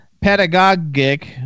pedagogic